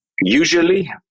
Usually